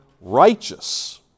righteous